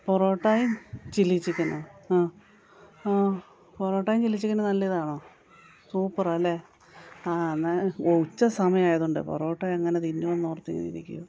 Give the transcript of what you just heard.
പൊറോട്ടായും chilli ചിക്കനോ ആ ആ പൊറോട്ടായും ചില്ലി ചിക്കനും നല്ല ഇതാണോ സൂപ്പറാല്ലേ ആ എന്നാൽ ഉച്ച സമയമായത് കൊണ്ടാ പൊറോട്ട എങ്ങനെ തിന്നൂന്നോർത്ത് ഇരിക്കുവാണ്